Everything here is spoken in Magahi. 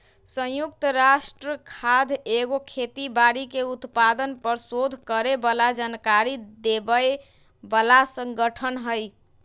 संयुक्त राष्ट्र खाद्य एगो खेती बाड़ी के उत्पादन पर सोध करे बला जानकारी देबय बला सँगठन हइ